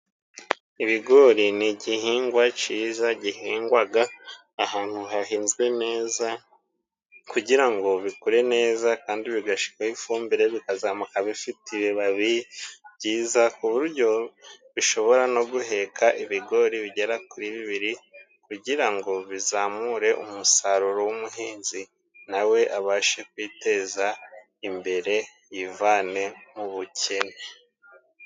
Ibigori ni igihingwa cyiza, gihingwa ahantu hahinzwe neza, kugira ngo bikure neza kandi bigashyirwaho ifumbire, bikazamuka bifite ibibabi byiza, ku buryo bishobora no guheka ibigori bigera kuri bibiri, kugira ngo bizamure umusaruro w'umuhinzi, na we abashe kwiteza imbere, yivane mu bukene.